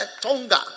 Tonga